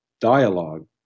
dialogue